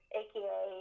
aka